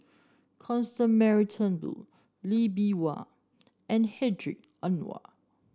Constance Mary Turnbull Lee Bee Wah and Hedwig Anuar